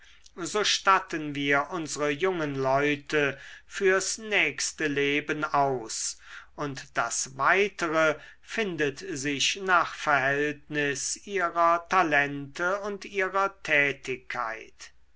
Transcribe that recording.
so statten wir unsre jungen leute fürs nächste leben aus und das weitere findet sich nach verhältnis ihrer talente und ihrer tätigkeit